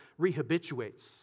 rehabituates